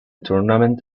tournament